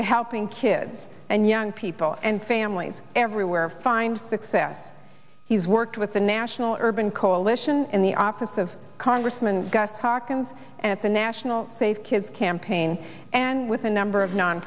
to helping kids and young people and families everywhere find success he's worked with the national urban coalition in the office of congressman gus hawkins at the national safe kids campaign and with a number of non